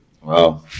Wow